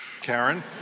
Karen